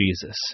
Jesus